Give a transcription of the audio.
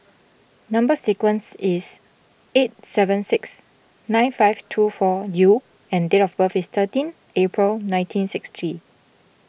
Number Sequence is eight seven six nine five two four U and date of birth is thirteen April nineteen sixty